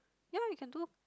ya we can do